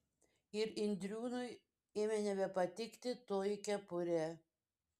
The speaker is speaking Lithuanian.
ir indriūnui ėmė nebepatikti toji kepurė